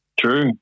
True